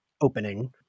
opening